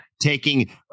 Taking